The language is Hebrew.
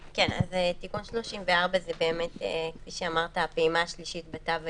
תיקון 34 זה כפי שאמרת הפעימה השלישית בתו הירוק.